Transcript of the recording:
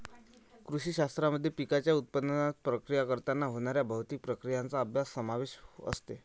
कृषी शास्त्रामध्ये कृषी पिकांच्या उत्पादनात, प्रक्रिया करताना होणाऱ्या भौतिक प्रक्रियांचा अभ्यास समावेश असते